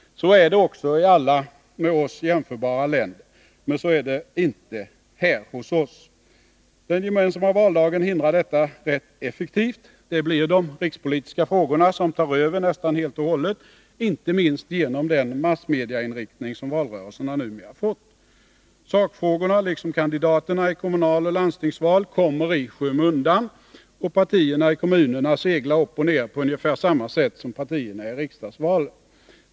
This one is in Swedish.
Så är det också i alla med Sverige jämförbara länder. Så är det inte här hos oss. Den gemensamma valdagen hindrar detta rätt effektivt. Det blir de rikspolitiska frågorna som tar över nästan helt och hållet, inte minst genom den massmediainriktning som valrörelserna numera fått. Sakfrågorna liksom kandidaterna i kommunaloch landstingsval kommer i skymundan, och partierna i kommunerna seglar upp och ner på ungefär samma sätt som partierna i riksdagsvalen.